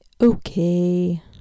okay